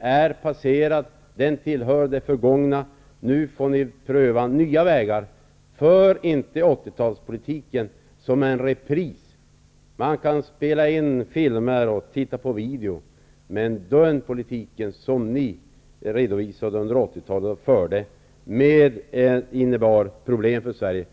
är passé. Den tillhör det förgångna. Nu måste ni pröva nya vägar. För inte 80-talets politik som en repris! Man kan spela in filmer och titta på video, men den politik som ni förde under 80-talet innebar problem för Sverige.